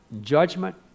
judgment